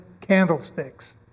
candlesticks